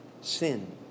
sin